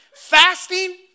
Fasting